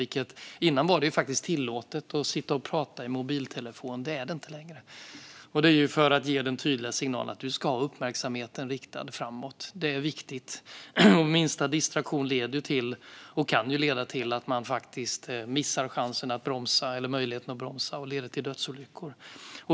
Tidigare var det faktiskt tillåtet att sitta och prata i mobiltelefon, men det är det inte längre, och det är för att ge en tydlig signal att du ska ha uppmärksamheten riktad framåt. Det är viktigt. Minsta distraktion kan leda till att man faktiskt missar möjligheten att bromsa, och det kan leda till dödsolyckor.